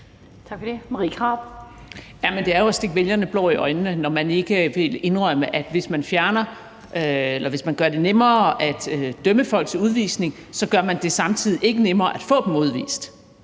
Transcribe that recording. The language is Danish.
det er jo at stikke vælgerne blår i øjnene, når man ikke vil indrømme, at hvis man gør det nemmere at dømme folk til udvisning, så gør man det ikke samtidig nemmere at få dem udvist